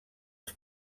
els